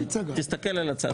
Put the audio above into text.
תסתכל על הצעת החוק.